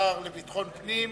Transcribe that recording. פנים